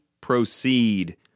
proceed